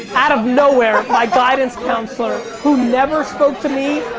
out of nowhere my guidance counselor who never spoke to me,